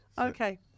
Okay